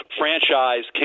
franchise